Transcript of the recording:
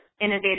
innovative